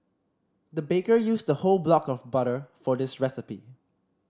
the baker used a whole block of butter for this recipe